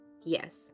yes